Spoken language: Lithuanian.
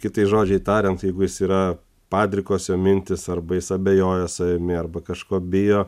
kitais žodžiai tariant jeigu jis yra padrikos jo mintys arba jis abejoja savimi arba kažko bijo